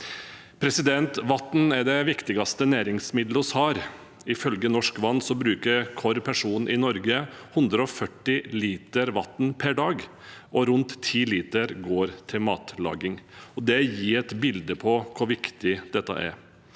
Vann er det viktigste næringsmiddelet vi har. Ifølge organisasjonen Norsk Vann bruker hver person i Norge 140 liter vann per dag, og rundt 10 liter går med til matlaging. Det gir et bilde av hvor viktig dette er.